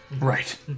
Right